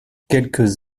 quelques